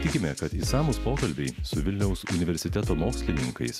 tikime kad išsamūs pokalbiai su vilniaus universiteto mokslininkais